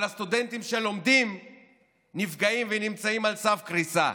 אבל הסטודנטים שלומדים נפגעים ונמצאים על סף קריסה.